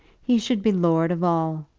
he should be lord of all.